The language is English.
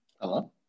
Hello